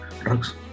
drugs